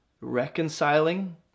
reconciling